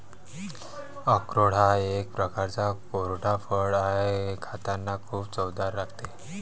अक्रोड हा एक प्रकारचा कोरडा फळ आहे, खातांना खूप चवदार राहते